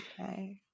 okay